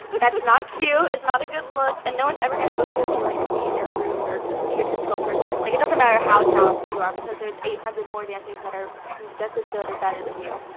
but that's not cute. it's not a good look, and no one's ever going to book you if you're like a mean or rude or egotistical person. like it doesn't matter how talented you are because they're eight hundred more dancers that are just as good or better than you.